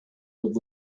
would